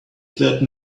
that